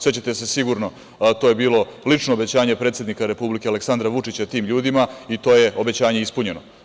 Sećate se sigurno, to je bilo lično obećanje predsednika Republike, Aleksandra Vučića, tim ljudima i to je obećanje ispunjeno.